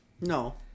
No